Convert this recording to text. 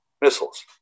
missiles